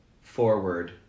forward